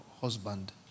husband